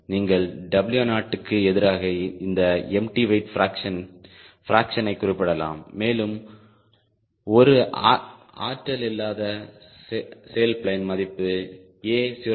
நீங்கள் W0க்கு எதிராக இந்த எம்டி வெயிட் பிராக்சனை குறிப்பிடலாம் மேலும் ஒரு ஆற்றல் இல்லாத சேல்பிளேன் மதிப்பு A 0